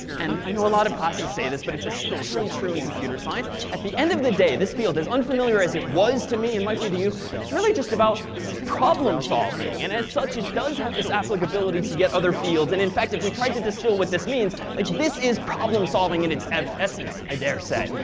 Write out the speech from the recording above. and i know a lot of classes say this, but it's especially true in computer science. at the end of the day, this field is unfamiliar as it was to me and might be to you, is really just about problem solving. and as such, it does have this applicability to get other fields. and in fact, if we tried to distill what this means, like this is problem solving in its essence, i daresay.